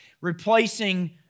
replacing